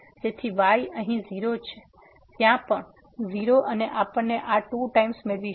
તેથી y અહીં 0 છે ત્યાં પણ 0 અને આપણે આ 2 ટાઈમ્સ મેળવીશું